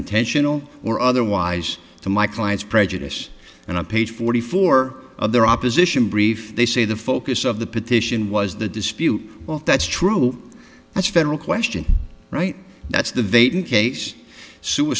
intentional or otherwise to my client's prejudice and on page forty four of their opposition brief they say the focus of the petition was the dispute that's true that's a federal question right that's the